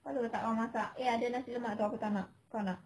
hello tak payah masak eh ada nasi lemak [tau] aku tak nak kau nak